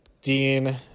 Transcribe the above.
Dean